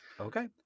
Okay